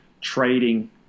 trading